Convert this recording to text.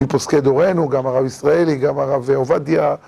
מפוסקי דורנו, גם הרב ישראלי, גם הרב עובדיה.